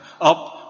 up